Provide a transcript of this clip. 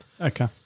Okay